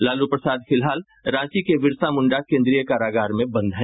लालू प्रसाद फिलहाल रांची के बिरसामुंडा केन्द्रीय कारागार में बंद हैं